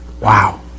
wow